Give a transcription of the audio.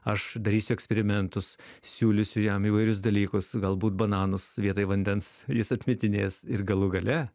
aš darysiu eksperimentus siūlysiu jam įvairius dalykus galbūt bananus vietoj vandens jis atmetinės ir galų gale